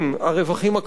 הרווחים הכלואים,